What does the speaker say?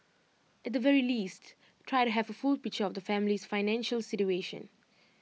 at the very least try to have full picture of the family's financial situation